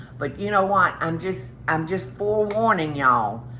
but you know what? i'm just, i'm just forewarning y'all.